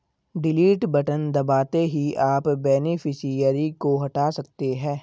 delete button दबाते ही आप बेनिफिशियरी को हटा सकते है